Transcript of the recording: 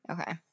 Okay